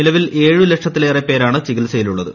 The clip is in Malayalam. നിലവിൽ ഏഴ് ലക്ഷത്തിലേറെ പേരാണ് ചികിത്സയിലുള്ളത്